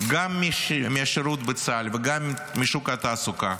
גם מהשירות בצה"ל וגם משוק התעסוקה,